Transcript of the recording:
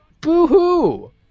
Boo-hoo